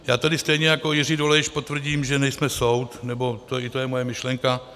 Já tady stejně jako Jiří Dolejš potvrdím, že nejsme soud, nebo i to je moje myšlenka.